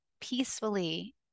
peacefully